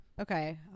Okay